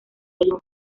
gallego